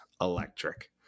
electric